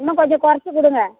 இன்னும் கொஞ்சம் குறைச்சி கொடுங்க